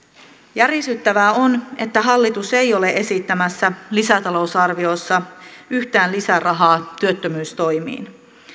järisyttävää on että hallitus ei ole esittämässä lisätalousarviossa yhtään lisärahaa työttömyystoimiin